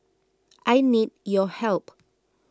I need your help